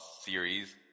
series